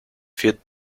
führt